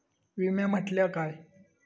विमा म्हटल्या काय?